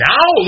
Now